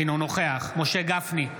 אינו נוכח משה גפני,